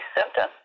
symptoms